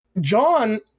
John